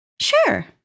Sure